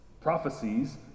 prophecies